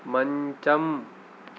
మంచం